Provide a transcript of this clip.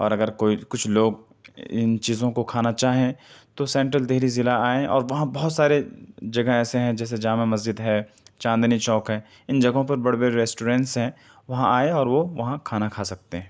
اور اگر کوئی کچھ لوگ ان چیزوں کو کھانا چاہیں تو سینٹرل دہلی ضلع آئیں اور وہاں بہت سارے جگہ ایسے ہیں جیسے جامع مسجد ہے چاندنی چوک ہے ان جگہوں پر بڑے بڑے ریسٹورینٹس ہیں وہاں آئیں اور وہ وہاں کھانا کھا سکتے ہیں